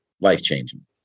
life-changing